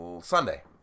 Sunday